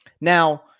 Now